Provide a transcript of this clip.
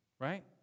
right